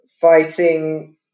fighting